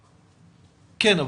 כן,